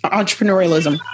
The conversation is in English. entrepreneurialism